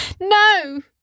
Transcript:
No